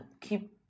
keep